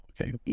okay